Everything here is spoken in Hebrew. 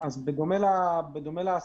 בדומה לעסקים,